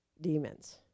demons